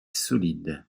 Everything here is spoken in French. solide